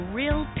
real